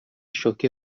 شوکه